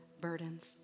burdens